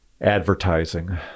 Advertising